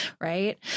Right